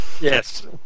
Yes